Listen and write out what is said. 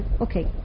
okay